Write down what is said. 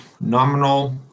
nominal